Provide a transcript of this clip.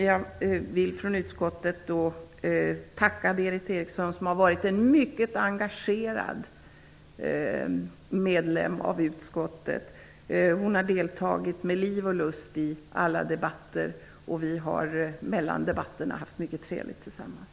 Jag vill från utskottet tacka Berith Eriksson, som har varit en mycket engagerad medlem av utskottet. Hon har deltagit med liv och lust i alla debatter. Vi har mellan debatterna haft mycket trevligt tillsammans.